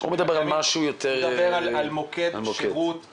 אני מוקיר את הוועדה ואני גם מכיר הכרת תודה לוועדה.